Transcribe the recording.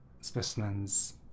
specimens